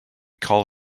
call